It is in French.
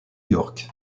york